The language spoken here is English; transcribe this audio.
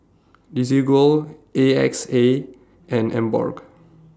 Desigual A X A and Emborg